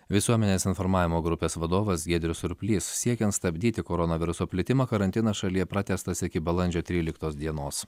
visuomenės informavimo grupės vadovas giedrius surplys siekiant stabdyti koronaviruso plitimą karantinas šalyje pratęstas iki balandžio tryliktos dienos